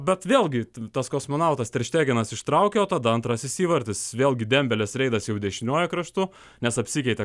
bet vėlgi tas kosmonautas ter štegenas ištraukiau tada antrasis įvartis vėlgi dembelės reidas jau dešiniuoju kraštu nes apsikeitė